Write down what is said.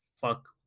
fuck